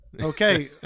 Okay